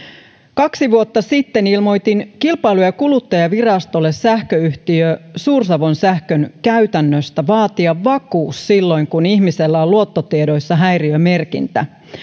kaksi vuotta sitten ilmoitin kilpailu ja kuluttajavirastolle sähköyhtiö suur savon sähkön käytännöstä vaatia vakuus silloin kun ihmisellä on luottotiedoissa häiriömerkintä